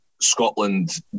Scotland